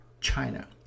China